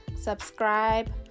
subscribe